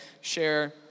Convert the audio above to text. share